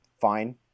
fine